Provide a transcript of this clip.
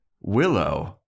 Willow